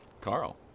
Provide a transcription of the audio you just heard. Carl